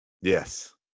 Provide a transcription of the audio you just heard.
Yes